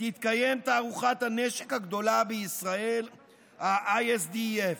תתקיים תערוכת הנשק הגדולה בישראל, ה-ISDEF.